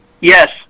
Yes